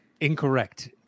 Incorrect